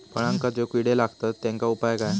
फळांका जो किडे लागतत तेनका उपाय काय?